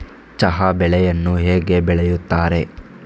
ಚಹಾ ಬೆಳೆಯನ್ನು ಹೇಗೆ ಬೆಳೆಯುತ್ತಾರೆ?